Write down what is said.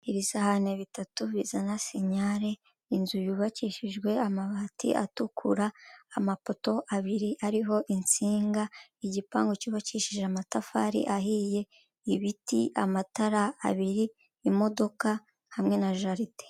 Ibi sahani bitatu bizana sinyare, inzu yubakishijwe amabati atukura ,amapoto abiri ariho insinga, igipangu cyubakishije amatafari ahiye, ibiti ,amatara abiri imodoka, hamwe na jaride.